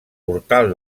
portal